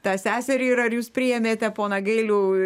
tą seserį ir ar jūs priėmėte poną gailių